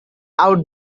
out